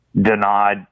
denied